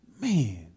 man